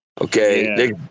Okay